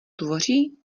tvoří